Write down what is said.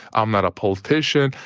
i'm not a politician.